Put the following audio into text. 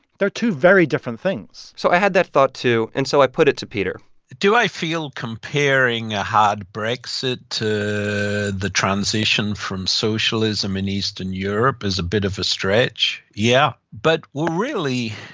they're two very different things so i had that thought, too. and so i put it to peter do i feel comparing a hard brexit to the transition from socialism in eastern europe is a bit of a stretch? yeah. but we're really